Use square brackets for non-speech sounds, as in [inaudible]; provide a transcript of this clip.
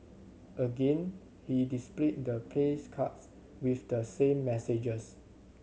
again he displayed the [unintelligible] with the same messages